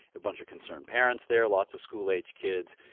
a bunch of concerned parents there, lots of school-age kids.